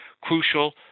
crucial